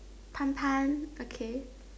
Tan-Tan okay